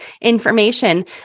information